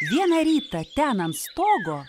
vieną rytą ten ant stogo